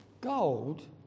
Gold